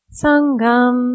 Sangam